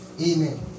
Amen